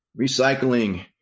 recycling